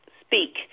speak